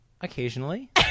Occasionally